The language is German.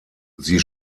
sie